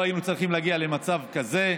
לא היינו צריכים להגיע למצב כזה.